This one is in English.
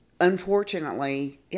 unfortunately